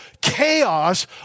chaos